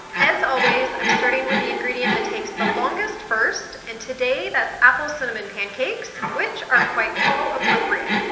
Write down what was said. as always, i'm starting with the ingredient that takes the longest first, and, today, that's apple cinnamon pancakes, which are quite fall appropriate.